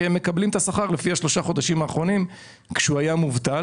כי הוא מקבל את השכר לפי שלושת החודשים האחרונים כשהוא היה מובטל,